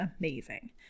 amazing